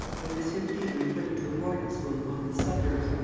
when he was fifteen, we put him to a boarding-school in one of the suburbs,